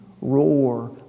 roar